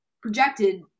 projected